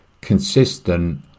consistent